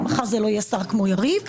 ומחר זה לא יהיה שר כמו יריב,